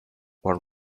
were